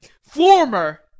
Former